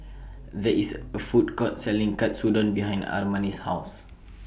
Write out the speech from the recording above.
There IS A Food Court Selling Katsudon behind Armani's House